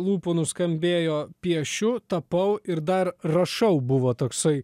lūpų nuskambėjo piešiu tapau ir dar rašau buvo toksai